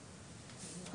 אביב.